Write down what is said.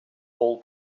all